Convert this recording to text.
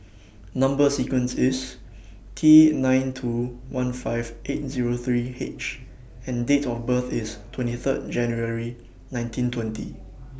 Number sequence IS T nine two one five eight Zero three H and Date of birth IS twenty Third January nineteen twenty